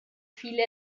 viele